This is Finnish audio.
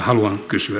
haluan kysyä